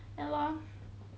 ya lor